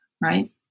right